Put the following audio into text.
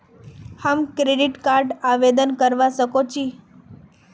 हम credit card आवेदन करवा संकोची?